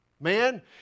Man